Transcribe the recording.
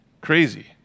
crazy